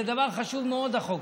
זה דבר חשוב מאוד, החוק